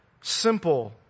simple